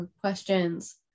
questions